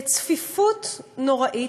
בצפיפות נוראה,